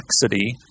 complexity